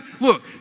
look